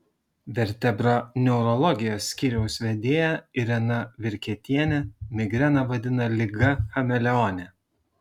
vertebroneurologijos skyriaus vedėja irena virketienė migreną vadina liga chameleone